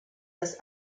das